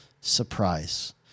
surprise